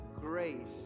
grace